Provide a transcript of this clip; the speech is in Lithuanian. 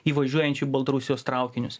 įvažiuojančių baltarusijos traukinius